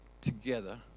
together